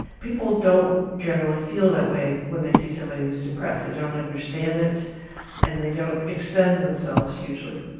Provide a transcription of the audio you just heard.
people don't generally feel that way when they see somebody who's depressed, they don't understand it and they don't extend themselves usually.